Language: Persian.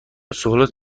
سوالات